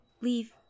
leave